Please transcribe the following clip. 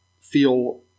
feel